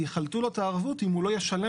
יחלטו לו את הערבות אם הוא לא ישלם.